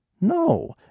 No